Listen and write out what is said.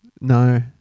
No